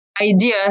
idea